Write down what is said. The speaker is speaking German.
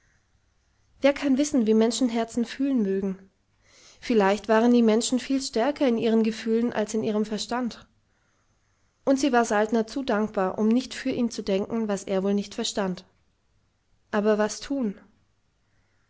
wer kann wissen wie menschenherzen fühlen mögen vielleicht waren die menschen viel stärker in ihren gefühlen als in ihrem verstand und sie war saltner zu dankbar um nicht für ihn zu denken was er wohl nicht verstand aber was tun